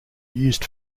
used